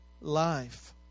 life